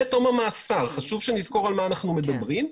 תום המאסר חשוב שנזכור על מה אנחנו מדברים.